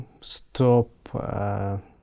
stop